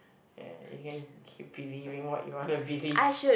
eh you can keep believing what you want to believe